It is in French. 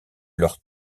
leurs